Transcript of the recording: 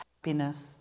happiness